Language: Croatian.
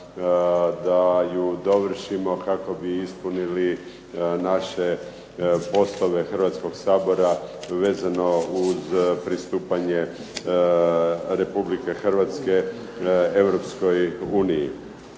da ju dovršimo kako bi ispunili naše poslove Hrvatskoga sabora vezano uz pristupanje Republike Hrvatske